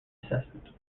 assessment